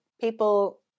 people